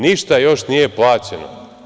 Ništa još nije plaćeno.